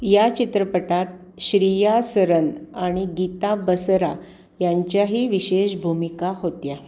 या चित्रपटात श्रिया सरन आणि गीता बसरा यांच्याही विशेष भूमिका होत्या